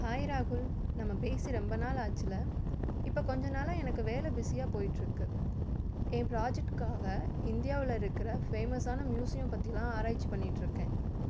hi ராகுல் நம்ம பேசி ரெம்ப நாள் ஆச்சுல்ல இப்போ கொஞ்ச நாளாக எனக்கு வேலை பிஸியாக போய்கிடுருக்கு ஏன் ப்ராஜெக்ட்டுக்காக இந்தியாவில் இருக்கிற ஃபேமஸ்ஸான மியூசியம் பற்றிலாம் ஆராய்ச்சி பண்ணிட்டுருக்கேன்